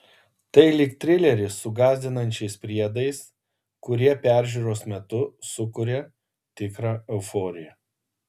tai lyg trileris su gąsdinančiais priedais kurie peržiūros metu sukuria tikrą euforiją